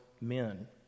men